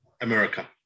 America